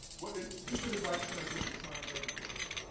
what piece of advice can i give to science educators?